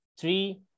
three